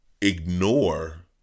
ignore